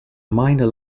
minor